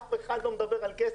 אף אחד לא מדבר על כסף,